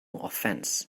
offense